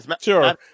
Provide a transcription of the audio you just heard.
Sure